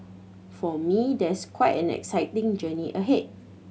for me there's quite an exciting journey ahead